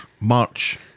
March